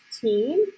team